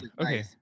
okay